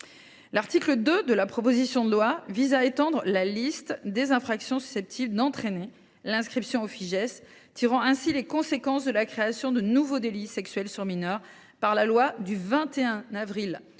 L’article 2 de la proposition de loi vise à étendre la liste des infractions susceptibles d’entraîner l’inscription au Fijais, tirant ainsi les conséquences de la création de nouveaux délits sexuels sur mineur par la loi du 21 avril 2021,